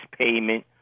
payment